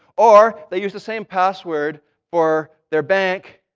or they use the same password for their bank